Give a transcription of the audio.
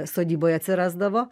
sodyboje atsirasdavo